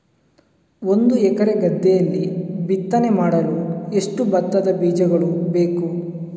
ಒಂದು ಎಕರೆ ಗದ್ದೆಯಲ್ಲಿ ಬಿತ್ತನೆ ಮಾಡಲು ಎಷ್ಟು ಭತ್ತದ ಬೀಜಗಳು ಬೇಕು?